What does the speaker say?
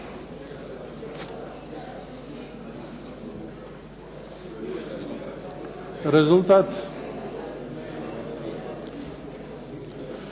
Rezultat?